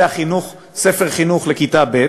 זה החינוך, ספר חינוך לכיתה ב'